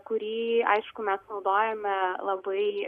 kurį aišku mes naudojame labai